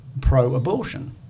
pro-abortion